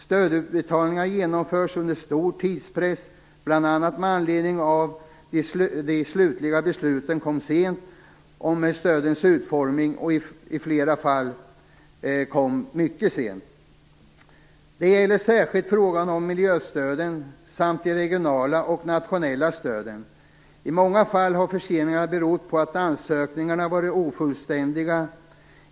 Stödutbetalningar genomfördes under stor tidspress bl.a. med anledning av att de slutliga besluten om stödens utformning kom sent och i flera fall mycket sent. Det gäller särskilt frågan om miljöstöden samt de regionala och nationella stöden. I många fall har förseningarna berott på att ansökningarna har varit ofullständiga.